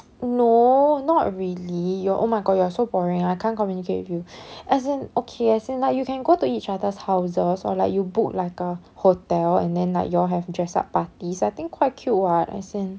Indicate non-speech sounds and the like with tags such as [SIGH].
no not really you're oh my god you are so boring I can't communicate with you [BREATH] as in okay as in like you can go to each other's houses or like you book like a hotel and then like you all have dress up parties I think quite cute [what] as in